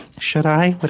should i? but